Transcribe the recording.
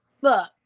look